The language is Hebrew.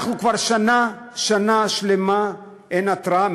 אנחנו כבר שנה שלמה בלי התרעה,